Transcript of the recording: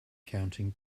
counting